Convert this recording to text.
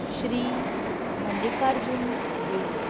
श्री मल्लीकार्जून देवूळ